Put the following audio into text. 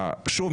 שוב,